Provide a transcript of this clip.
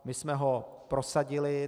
My jsme ho prosadili.